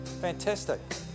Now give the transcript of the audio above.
Fantastic